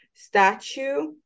statue